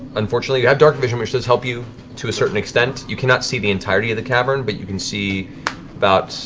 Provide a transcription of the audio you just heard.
unfortunately. you have darkvision, which does help you to a certain extent. you cannot see the entirety of the cavern, but you can see about,